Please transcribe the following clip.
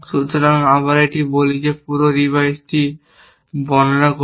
সুতরাং আমরা এই বলে পুরো ডিভাইসটি বর্ণনা করি